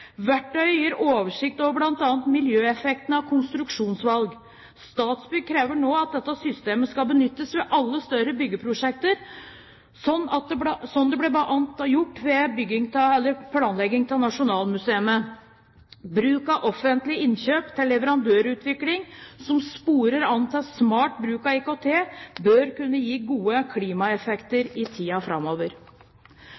Verktøyet gir oversikt over bl.a. miljøeffekten av konstruksjonsvalg. Statsbygg krever nå at dette systemet skal benyttes ved alle større byggeprosjekter, slik det bl.a. ble gjort ved planleggingen av Nasjonalmuseet. Bruk av offentlige innkjøp til leverandørutvikling som sporer an til smart bruk av IKT, bør kunne gi gode klimaeffekter